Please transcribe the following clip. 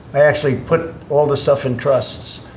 they actually put all this stuff in trusts.